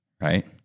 right